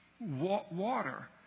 water